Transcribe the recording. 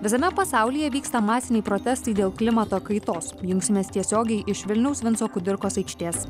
visame pasaulyje vyksta masiniai protestai dėl klimato kaitos jungsimės tiesiogiai iš vilniaus vinco kudirkos aikštės